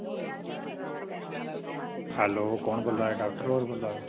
hello कु'न बोल्ला दे डॉक्टर होर बोल्ला दे